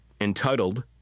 entitled